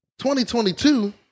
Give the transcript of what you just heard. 2022